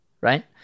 right